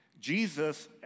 Jesus